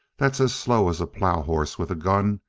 that's as slow as a plow horse with a gun,